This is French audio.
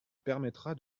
permettra